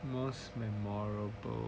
most memorable